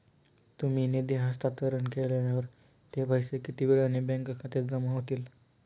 तुम्ही निधी हस्तांतरण केल्यावर ते पैसे किती वेळाने बँक खात्यात जमा होतील?